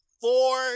Four